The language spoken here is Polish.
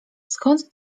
skąd